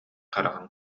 хараҕын